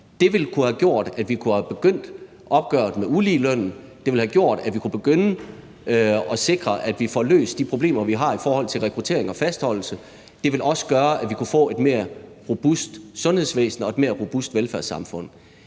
Det ville kunne have gjort, at vi kunne have begyndt opgøret med uligelønnen, det ville have gjort, at vi kunne begynde at sikre, at vi får løst de problemer, vi har i forhold til rekruttering og fastholdelse. Det ville også gøre, at vi kunne få et mere robust sundhedsvæsen og et mere robust velfærdssamfund.